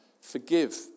Forgive